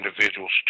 individuals